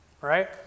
Right